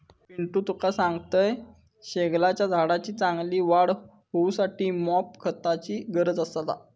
पिंटू तुका सांगतंय, शेगलाच्या झाडाची चांगली वाढ होऊसाठी मॉप खताची गरज असता